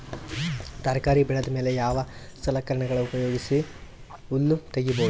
ತರಕಾರಿ ಬೆಳದ ಮೇಲೆ ಯಾವ ಸಲಕರಣೆಗಳ ಉಪಯೋಗಿಸಿ ಹುಲ್ಲ ತಗಿಬಹುದು?